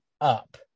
up